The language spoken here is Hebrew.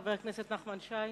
חבר הכנסת נחמן שי.